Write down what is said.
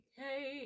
hey